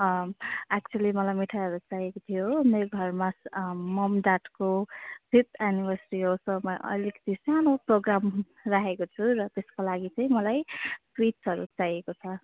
actually मलाई मिठाईहरू चाहिएको थियो मेरो घरमा मम् ड्याडको फिफ्थ एनिभरसरी हो सो म अलिकिती सानो प्रोग्राम राखेको छु र त्यसको लागि चाहिँ मलाई स्विट्सहरू चाहिएको छ